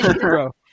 Bro